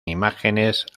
imágenes